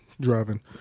Driving